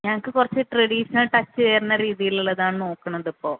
ഞങ്ങൾക്ക് കുറച്ച് traditional touch വരുന്ന രീതിയുള്ളതാണ് നോക്കുന്നതിപ്പോൾ